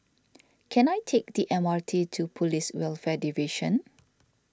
can I take the M R T to Police Welfare Division